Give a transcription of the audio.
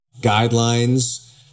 guidelines